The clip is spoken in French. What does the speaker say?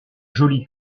joli